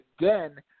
again